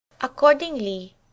accordingly